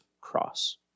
cross